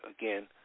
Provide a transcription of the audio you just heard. Again